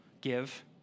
give